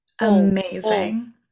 amazing